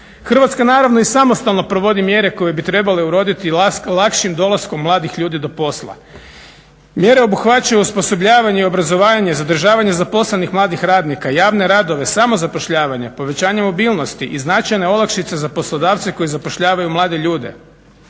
Hrvatska naravno i samostalno provodi mjere koje bi trebale uroditi lakšim dolaskom mladih ljudi do posla. Mjere obuhvaćaju osposobljavanje i obrazovanje, zadržavanje zaposlenih mladih radnika, javne radove, samozapošljavanje, povećanje mobilnosti i značajne olakšice za poslodavce koji zapošljavaju mlade ljude.